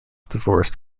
divorced